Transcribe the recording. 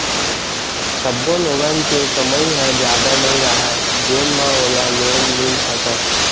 सब्बो लोगन के कमई ह जादा नइ रहय जेन म ओला लोन मिल सकय